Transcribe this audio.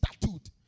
statute